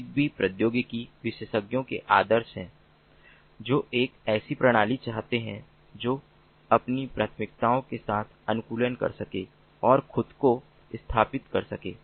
Zigbee प्रौद्योगिकी विशेषज्ञों के लिए आदर्श है जो एक ऐसी प्रणाली चाहते हैं जो अपनी प्राथमिकताओं के साथ अनुकूलन कर सकें और खुद को स्थापित कर सकें